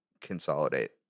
consolidate